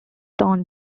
torn